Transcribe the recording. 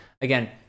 Again